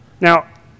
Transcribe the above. Now